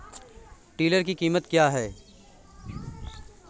Tiller की कीमत क्या है?